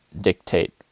dictate